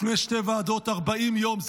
לפני שתי ועדות: 40 יום.